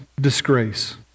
disgrace